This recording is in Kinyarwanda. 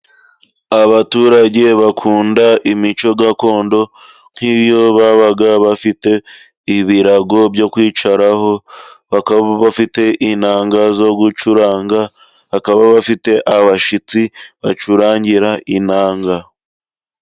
Abaturage bakunda imico gakondo nk'iyo babaga bafite ibirago byo kwicaraho bakaba bafite inanga zo gucuranga bakaba bafite abashitsi bacurangira inanga.